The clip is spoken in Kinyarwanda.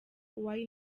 why